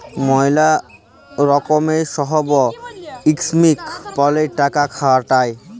ম্যালা লকমের সহব ইসকিম প্যালে টাকা খাটায়